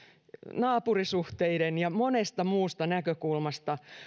naapurisuhteiden kuin monesta muustakin näkökulmasta